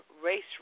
race